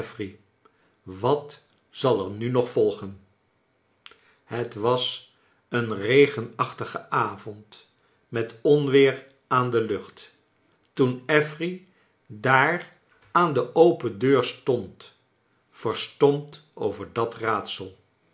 wat zal er nu nog volgen het was een regenachtige a vond met onweer aan de lucht toen affery daar aan de open deur stond verstomd over dat raadsel